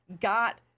got